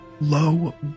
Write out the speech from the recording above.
low